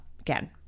Again